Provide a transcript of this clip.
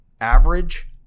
average